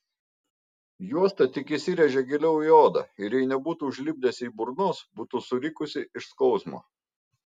juosta tik įsirėžė giliau į odą ir jei nebūtų užlipdęs jai burnos būtų surikusi iš skausmo